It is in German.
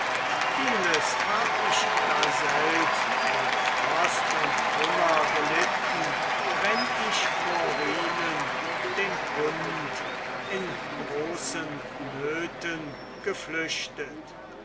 vieles hab ich daselbst von frost und hunger gelitten wenn ich vor rynen dem hund in großen nöten geflüchtet